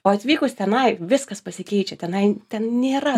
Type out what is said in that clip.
o atvykus tenai viskas pasikeičia tenai ten nėra